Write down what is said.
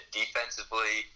defensively